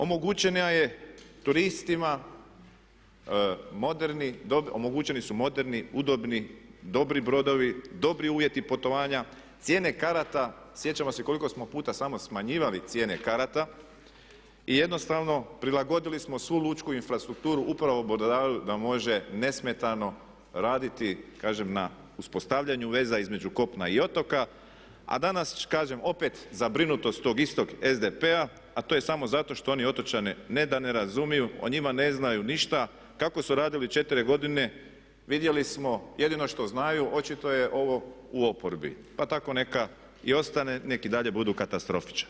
Omogućena je turistima moderni, omogućeni su moderni, udobni, dobri brodovi, dobri uvjeti putovanja, cijene karata, sjećamo se koliko smo puta samo smanjivali cijene karata i jednostavno prilagodili smo svu lučku infrastrukturu upravo brodarima da može nesmetano raditi kažem na uspostavljanju veza između kopna i otoka a danas kažem opet zabrinutost tog istog SDP-a a to je samo zato što oni otočane ne da ne razumiju, o njima ne znaju ništa, kako su radili 4 godine vidjeli smo, jedino što znaju očito je ovo u oporbi, pa tako neka i ostane, nek i dalje budu katastrofičari.